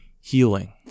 healing